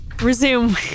resume